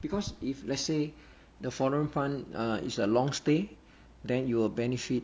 because if let's say the foreign fund uh is a long stay then it will benefit